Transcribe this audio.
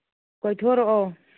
ꯀꯣꯏꯊꯣꯔꯛꯑꯣ